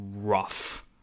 rough